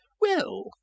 Well